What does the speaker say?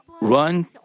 run